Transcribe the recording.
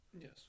Yes